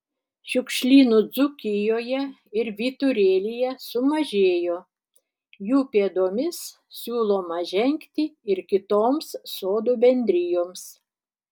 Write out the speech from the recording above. šiukšlynų dzūkijoje ir vyturėlyje sumažėjo jų pėdomis siūloma žengti ir kitoms sodų bendrijoms